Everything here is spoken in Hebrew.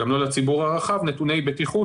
גם לא לציבור הרחב, נתוני בטיחות,